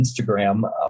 Instagram